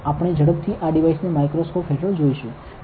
તો આપણે ઝડપથી આ ડિવાઇસને માઇક્રોસ્કોપ હેઠળ જોઇશું